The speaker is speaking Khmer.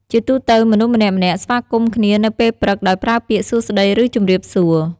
ជាទូទៅ មនុស្សម្នាក់ៗស្វាគមន៍គ្នានៅពេលព្រឹកដោយប្រើពាក្យ "សួស្តី" ឬ "ជំរាបសួរ"។